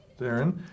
Darren